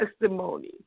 testimony